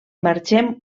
marxem